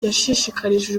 yashishikarije